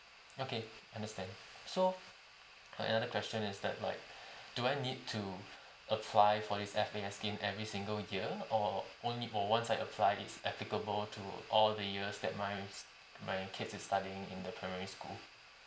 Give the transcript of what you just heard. okay understand so another question is that like do I need to apply for this F_A_S scheme every single year or only for once I apply it's applicable to all the years that my my kids is studying in the primary school